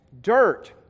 dirt